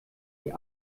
die